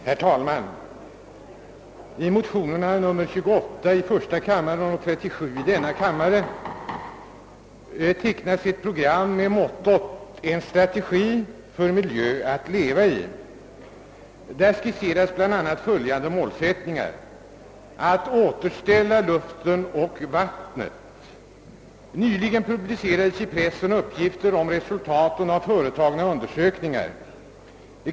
Herr talman! I motionerna 1:28 och II: 37 tecknas ett program med mottot: en strategi för miljö att leva i. Där skisseras bl.a. följande målsättning: att »återställa luften och vattnet». Nyligen publicerades i pressen uppgifter om resultaten av företagna undersökningar.